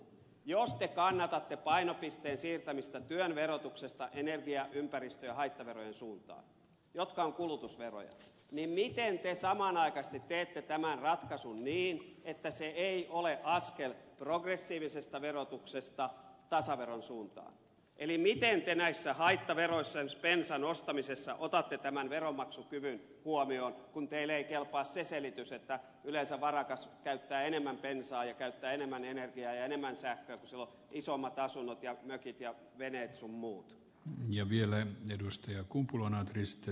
jos te kannatatte painopisteen siirtämistä työn verotuksesta energia ympäristö ja haittaverojen suuntaan jotka ovat kulutusveroja niin miten te samanaikaisesti teette tämän ratkaisun niin että se ei ole askel progressiivisesta verotuksesta tasaveron suuntaan eli miten te näissä haittaveroissa esimerkiksi bensan ostamisessa otatte tämän veronmaksukyvyn huomioon kun teille ei kelpaa se selitys että yleensä varakas käyttää enemmän bensaa ja käyttää enemmän energiaa ja enemmän sähköä kun sillä on isommat asunnot ja mökit ja veneet sun muut ja vielä edustaja kumpula natristä